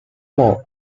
more